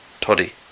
Toddy